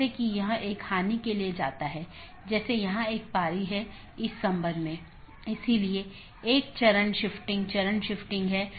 जैसा कि हमने पहले उल्लेख किया है कि विभिन्न प्रकार के BGP पैकेट हैं